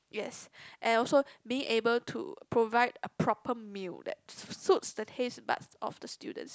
yes and also being able to provide a proper meal that s~ suits the taste but of the students